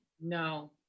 No